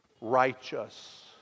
righteous